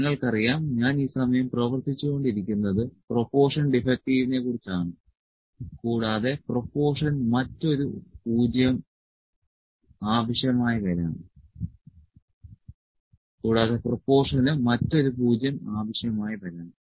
നിങ്ങൾക്കറിയാം ഞാൻ ഈ സമയം പ്രവർത്തിച്ചുകൊണ്ടിരിക്കുന്നത് പ്രൊപോർഷൻ ഡിഫെക്ടിവിനെ കുറിച്ച് ആണ് കൂടാതെ പ്രൊപോർഷന് മറ്റൊരു 0 ആവശ്യമായി വരാം